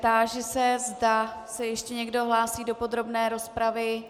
Táži se, zda se ještě někdo hlásí do podrobné rozpravy.